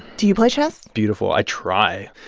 do you play chess. beautiful. i try.